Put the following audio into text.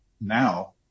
now